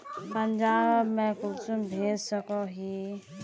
पंजाब में कुंसम भेज सकोही?